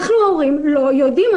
אנחנו, ההורים לא יודעים.